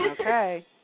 Okay